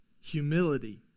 humility